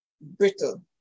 brittle